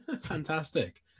Fantastic